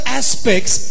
aspects